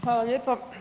Hvala lijepa.